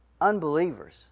unbelievers